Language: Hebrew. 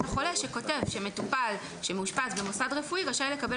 החולה שכותב שמטופל שמאושפז במוסד רפואי רשאי לקבל